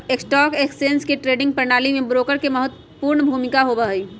stock exchange के trading प्रणाली में ब्रोकर के महत्वपूर्ण भूमिका होबा हई